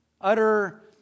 utter